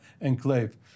enclave